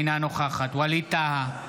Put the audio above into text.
אינה נוכחת ווליד טאהא,